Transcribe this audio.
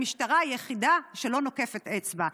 המשטרה היא היחידה שלא נוקפת אצבע.